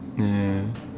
ya ya ya